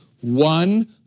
one